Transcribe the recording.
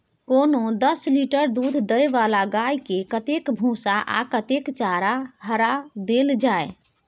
कोनो दस लीटर दूध दै वाला गाय के कतेक भूसा आ कतेक हरा चारा देल जाय?